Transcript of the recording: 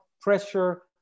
pressure